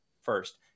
first